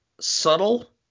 subtle